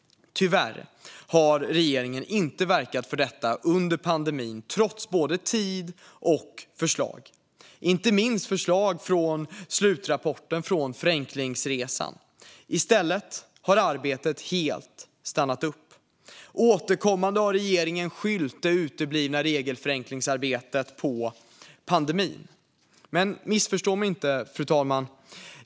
Tyvärr har regeringen inte verkat för detta under pandemin trots både tid och förslag, inte minst förslag från slutrapporten från Förenklingsresan. I stället har arbetet helt stannat upp. Regeringen har återkommande skyllt det uteblivna regelförenklingsarbetet på pandemin. Men missförstå mig inte, fru talman.